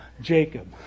Jacob